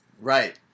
Right